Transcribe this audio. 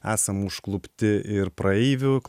esam užklupti ir praeivių